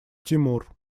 тимур